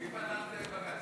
מי פנה עם זה לבג"ץ,